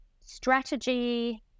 strategy